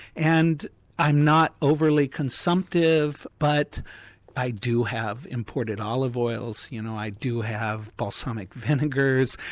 and i'm not overly consumptive, but i do have imported olive oils you know, i do have balsamic vinegars,